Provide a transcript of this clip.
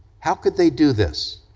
how could they do this?